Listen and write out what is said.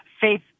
faith